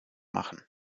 machen